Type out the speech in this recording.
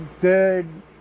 good